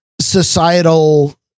societal